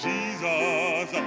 Jesus